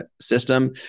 system